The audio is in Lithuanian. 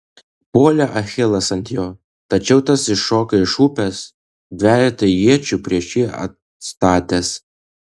puolė achilas ant jo tačiau tas iššoko iš upės dvejetą iečių prieš jį atstatęs